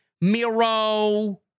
Miro